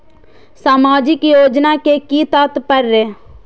सामाजिक योजना के कि तात्पर्य?